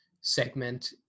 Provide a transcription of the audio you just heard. segment